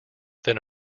then